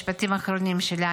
משפטים אחרונים שלה,